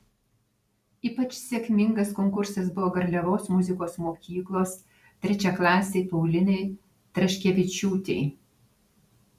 ypač sėkmingas konkursas buvo garliavos muzikos mokyklos trečiaklasei paulinai traškevičiūtei